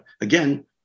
again